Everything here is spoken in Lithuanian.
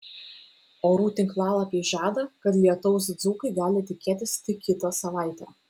orų tinklalapiai žada kad lietaus dzūkai gali tikėtis tik kitą savaitę